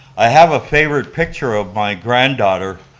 i have a favorite picture of my granddaughter,